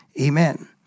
Amen